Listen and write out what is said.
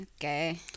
Okay